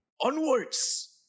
Onwards